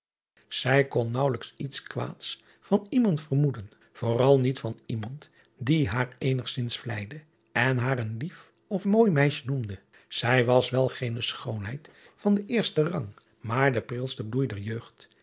ij kon naauwelijks iets kwaads van iemand vermoeden vooral niet van iemand die haar eenigzins vleide en haar een lief of mooi meisje noemde ij was wel geene schoonheid van den eersten rang maar de prilste bloei der jeugd